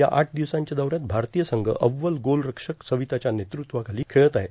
या आठ र्दिवसांच्या दौऱ्यात भारतीय संघ अव्वल गोलरक्षक सर्वताच्या नेतृत्वाखालो खेळत आहे